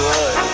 Good